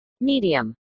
Medium